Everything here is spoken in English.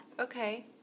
Okay